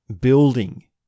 building